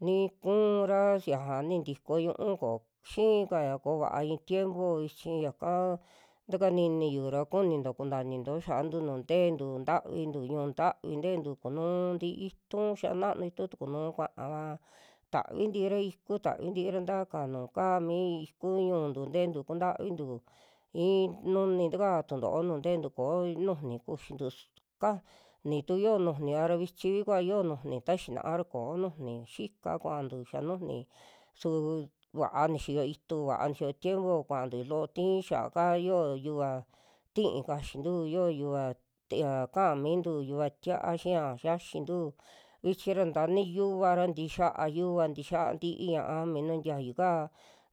Ni ku'ura si ñaja nintiko ñu'u koo xiikaya ko'o vaa i'in tiempo vichi yaka takaniniyu ra, kuninto kunta ininto ya'antu ñuju ntentu tavintu, ñu'un ntavi te'entu kunuu ti'i itu, xa nanu itu tu kunuu kua'va tavintira iku, tavintira taka nuu kaa mi iku ñu'ntu te'entu kuntavintu i'i nuni ntukaa tunto'o nuju nte'entu, koo nujuni kuxintu su kaj- ni tu yoo nijiana ra vichi'vi kua yo'o nujuni, ta xinaa ra koo nujuni xika kuantu xiaa nujuni, su va'a nixiyo itu, va'a nixiyo tiempo kuanto loo tii xia'a kaa yo'o yuva tií kaxintu, yoo yuva tt ya ka'a mintu yuva tia'a xiia xiaxintu, vichi ra nta ni yuva ra tixiaa yuva, tixiaa ntii ña'a minu tiayu kaa,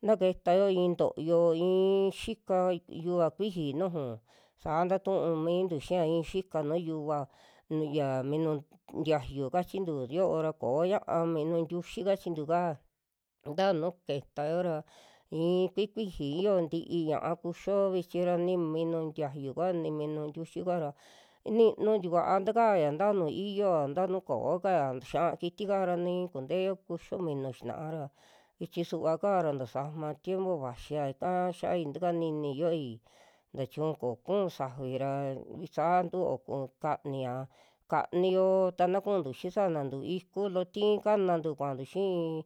na ketao i'in toyo i'inn xika yuva kuiji nuju saa ntaa tu'u mintu xia, i'in yika nuju yuva nu ya minu k- tiayu kachintu yoo'ra koñaa, minu ntiuxi kachintu'ka nta nuu ketao ra i'i kui kuiji yioo ntii ña'a kuxio, vichira ni minu tiayu kua, ni minu tiuxi kua'ra niinu tikua takaaya nta nuu xioa, nta nuu kokaa xia'a kiti ra ni kunteo kuxio minu xina'a ra, vichi suva kaa'ra tasama tiempo vaxia ika xiai takanini xioi ta chiñu ko kuun safi ra visa ntuo ku kania kaniyo ta kuntu xi'i sanantu iku, loo'ti kanantu kuantu xii.